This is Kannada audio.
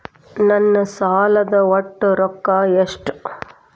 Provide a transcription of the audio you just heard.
ನನ್ನ ಸಾಲದ ಒಟ್ಟ ರೊಕ್ಕ ಎಷ್ಟು?